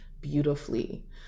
beautifully